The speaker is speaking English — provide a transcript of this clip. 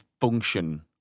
function